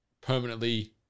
permanently